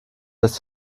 das